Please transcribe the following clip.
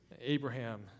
Abraham